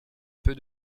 peu